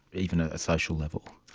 even ah a social level?